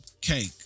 cake